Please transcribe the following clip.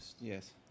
Yes